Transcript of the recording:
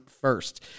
first